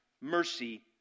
mercy